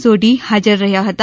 સોઢી હાજર રહ્યા હતા